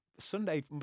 Sunday